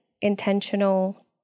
intentional